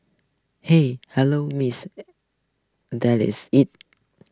hi hello Miss that is it